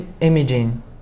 imaging